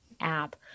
app